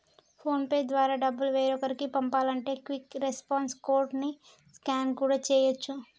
phone pay ద్వారా డబ్బులు వేరొకరికి పంపాలంటే క్విక్ రెస్పాన్స్ కోడ్ ని స్కాన్ కూడా చేయచ్చు